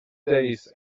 days